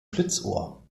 schlitzohr